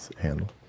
handle